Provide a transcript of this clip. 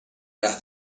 las